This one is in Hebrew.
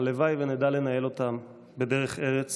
הלוואי שנדע לנהל אותם בדרך ארץ